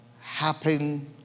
happen